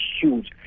huge